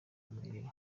umerewe